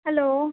hello